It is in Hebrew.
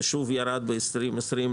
וב-2020 הוא ירד ל-1,000.